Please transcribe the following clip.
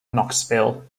knoxville